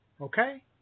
Okay